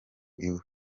iwe